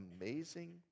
amazing